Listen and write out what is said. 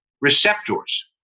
receptors